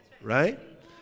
right